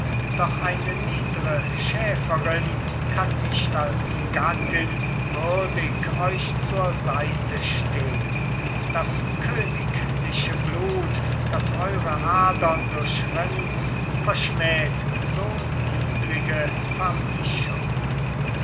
doch eine niedre schäferin kann nicht als gattin würdig euch zur seite stehn das königliche blut das eure adern durchrinnt verschmäht so niedrige vermischung